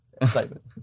excitement